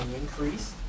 increase